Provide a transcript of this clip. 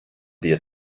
dir